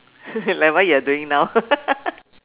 like what you are doing now